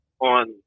on